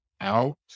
out